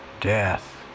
death